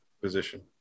position